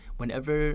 whenever